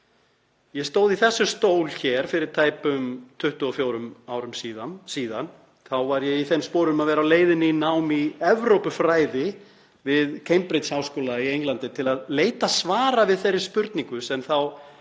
Ég stóð í þessum stól hér fyrir tæpum 24 árum síðan en þá var ég í þeim sporum að vera á leiðinni í nám í Evrópufræði við Cambridge-háskóla í Englandi til að leita svara við þeirri spurningu sem þá